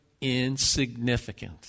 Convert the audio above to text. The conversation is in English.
insignificant